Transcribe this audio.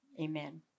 Amen